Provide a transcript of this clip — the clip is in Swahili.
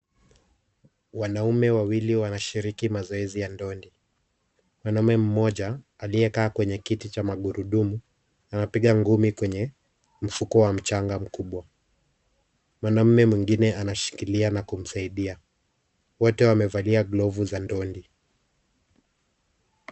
Wanaume wawili wanashiriki mazoezi ya ndondi. Mwanamume mmoja aliyekaa kwenye kiti cha magurudumu na anapiga ngumi kwenye mfuko wa mchanga mkubwa. Mwanamume mwingine anashikilia na kumsaidia. Wote wamevalia glavu za ndondi.